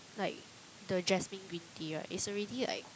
like the jasmine green tea right it's already like